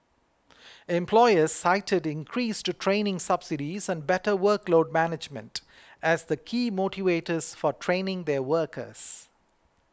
employers cited increased training subsidies and better workload management as the key motivators for training their workers